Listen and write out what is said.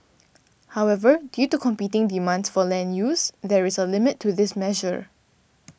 however due to competing demands for land use there is a limit to this measure